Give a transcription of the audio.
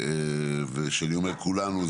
וכשאני אומר כולנו,